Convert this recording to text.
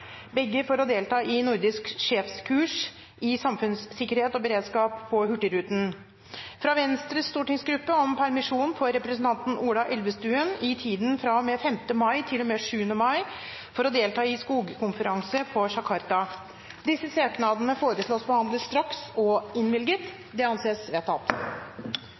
begge for å delta i nordisk sjefskurs i samfunnssikkerhet og beredskap på Hurtigruten. fra Venstres stortingsgruppe om permisjon for representanten Ola Elvestuen i tiden fra og med 5. mai til og med 7. mai for å delta i skogkonferanse på Jakarta. Disse søknadene foreslås behandlet straks og innvilget. – Det anses vedtatt.